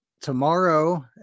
tomorrow